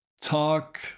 talk